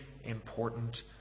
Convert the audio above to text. important